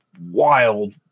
wild